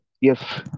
Yes